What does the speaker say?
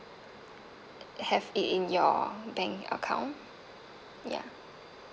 have it in your bank account ya